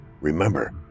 Remember